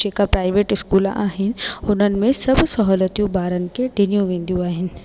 जेका private school आहिनि हुननि में सभु सहूलतियूं ॿारनि खे ॾिनियूं वेंदियूं आहिनि